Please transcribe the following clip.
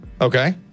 Okay